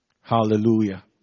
Hallelujah